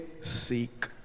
seek